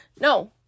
No